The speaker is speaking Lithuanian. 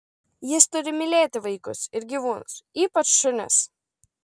jis turi mylėti vaikus ir gyvūnus ypač šunis